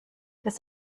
des